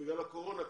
בגלל הקורונה,